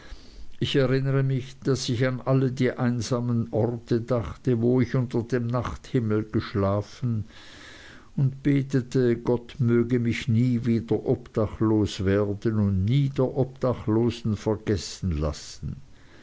ich erinnere mich daß ich an alle die einsamen orte dachte wo ich unter dem nachthimmel geschlafen und betete gott möge mich nie wieder obdachlos werden und nie der obdachlosen vergessen lassen